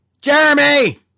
Jeremy